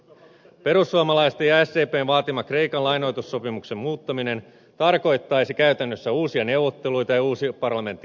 perussuomalaisten ja sdpn vaatima kreikan lainoitussopimuksen muuttaminen tarkoittaisi käytännössä uusia neuvotteluita ja uusia parlamenttikäsittelyitä